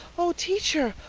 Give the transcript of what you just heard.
oh, teacher,